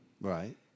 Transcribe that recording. Right